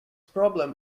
problem